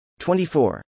24